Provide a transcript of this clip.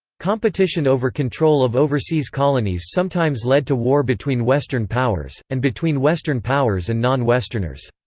competition over control of overseas colonies sometimes led to war between western powers, and between western powers and non-westerners.